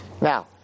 Now